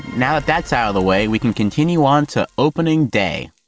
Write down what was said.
now but that's out of the way, we can continue onto opening day.